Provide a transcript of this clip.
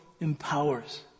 empowers